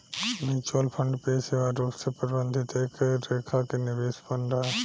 mutual fund पेशेवर रूप से प्रबंधित एक लेखा के निवेश फंड हा